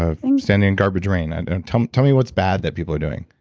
ah um standing in garbage rain. and and tell tell me what's bad that people are doing